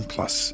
Plus